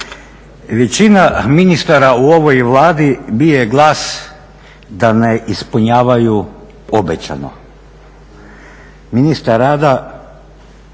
Većina ministara u ovoj Vladi bije glas da ne ispunjavaju obećano.